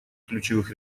ключевых